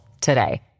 today